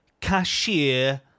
cashier